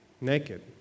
Naked